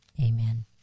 amen